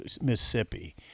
Mississippi